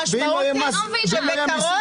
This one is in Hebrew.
המשמעות היא שבקרוב,